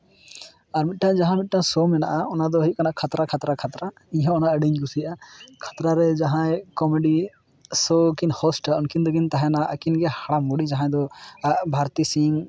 ᱟᱨ ᱢᱤᱫᱴᱮᱡ ᱡᱟᱦᱟᱸ ᱢᱤᱫᱴᱮᱡ ᱥᱳ ᱢᱮᱱᱟᱜᱼᱟ ᱚᱱᱟ ᱫᱚ ᱦᱩᱭᱩᱜ ᱠᱟᱱᱟ ᱠᱷᱟᱛᱨᱟ ᱠᱷᱟᱛᱨᱟ ᱠᱷᱟᱛᱨᱟ ᱤᱧ ᱦᱚᱸ ᱚᱱᱟ ᱟᱹᱰᱤ ᱜᱤᱧ ᱠᱩᱥᱤᱭᱟᱜᱼᱟ ᱠᱷᱟᱛᱨᱟ ᱨᱮ ᱡᱟᱦᱟᱸᱭ ᱠᱚᱢᱮᱰᱤ ᱥᱮ ᱠᱤᱱ ᱦᱳᱥᱴᱟ ᱩᱱᱠᱤᱱ ᱫᱚᱠᱤᱱ ᱛᱟᱦᱮᱱᱟ ᱟᱹᱠᱤᱱ ᱜᱮ ᱦᱟᱲᱟᱢ ᱵᱩᱲᱦᱤ ᱡᱟᱦᱟᱸᱭ ᱫᱚ ᱵᱷᱟᱨᱚᱛᱤ ᱥᱤᱝ